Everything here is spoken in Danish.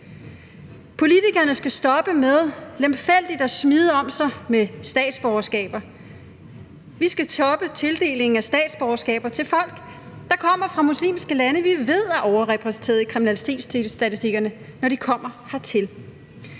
Politikerne skal stoppe med lemfældigt at smide om sig med statsborgerskaber. Vi skal stoppe tildelingen af statsborgerskaber til folk, der kommer fra muslimske lande, som vi ved er overrepræsenteret i kriminalitetsstatistikkerne, når de kommer hertil.